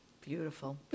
Beautiful